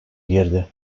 girdi